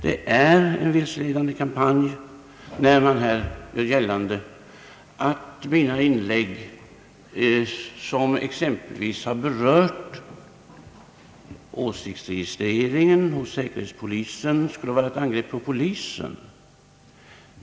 Det är en vilseledande kampanj när man gör gällande att de av mina inlägg, som exempelvis har berört åsiktsregistreringen hos säkerhetspolisen, skulle vara ett angrepp på polisen.